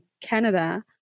Canada